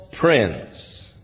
prince